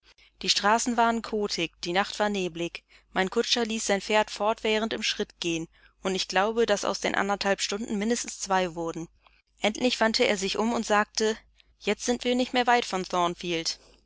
die straßen waren kotig die nacht war nebelig mein kutscher ließ sein pferd fortwährend im schritt gehen und ich glaube daß aus den anderthalb stunden mindestens zwei wurden endlich wandte er sich um und sagte jetzt sind wir nicht mehr weit von